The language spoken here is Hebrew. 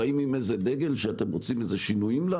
באים עם איזה דגל שאתם רוצים לעשות שינויים.